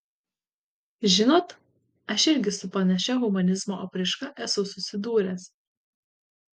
žinot aš irgi su panašia humanizmo apraiška esu susidūręs